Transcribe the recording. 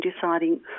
deciding